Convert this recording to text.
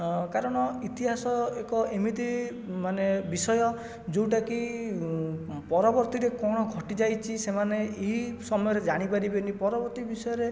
ଅଁ କାରଣ ଇତିହାସ ଏକ ଏମିତି ମାନେ ବିଷୟ ଯେଉଁଟାକି ପରବର୍ତ୍ତୀରେ କ'ଣ ଘଟିଯାଇଛି ସେମାନେ ଏହି ସମୟରେ ଜାଣିପାରିବେନି ପରବର୍ତ୍ତୀ ବିଷୟରେ